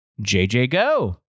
JJGo